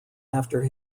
after